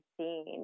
seen